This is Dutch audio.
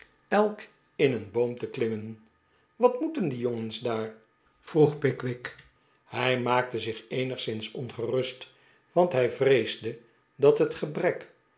elk in een boom te klimmen wat moeten die jongens daar vroeg pickwick hij maakte zich eenigszins ongerust want hij vreesde dat het gebrek